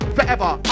Forever